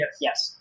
Yes